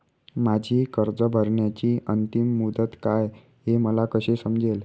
माझी कर्ज भरण्याची अंतिम मुदत काय, हे मला कसे समजेल?